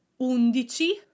Undici